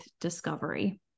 discovery